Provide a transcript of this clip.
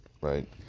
right